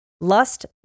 lust